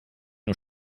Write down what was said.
nur